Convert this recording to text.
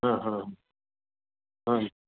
हा हा हा